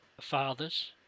fathers